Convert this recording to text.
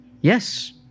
Yes